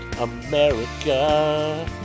America